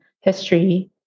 history